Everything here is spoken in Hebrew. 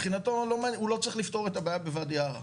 הוא צריך לפתור את הבעיות בוואדי ערה.